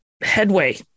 headway